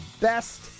best